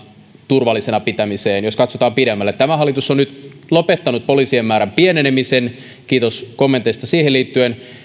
turvallisena pitämiseen jos katsotaan pidemmälle tämä hallitus on nyt lopettanut poliisien määrän pienenemisen kiitos kommenteista siihen liittyen